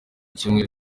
cyumweru